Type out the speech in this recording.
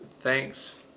thanks